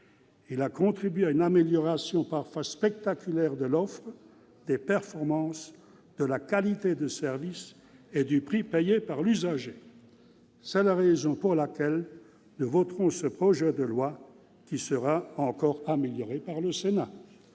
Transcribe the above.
Il a contribué à une amélioration parfois spectaculaire de l'offre, des performances, de la qualité de service et du prix payé par l'usager. » C'est la raison pour laquelle nous voterons ce projet de loi, que le Sénat va encore améliorer ! La